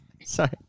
Sorry